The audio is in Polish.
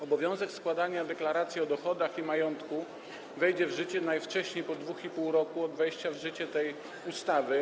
Obowiązek składania deklaracji o dochodach i majątku wejdzie w życie najwcześniej po 2,5 roku od wejścia w życie tej ustawy.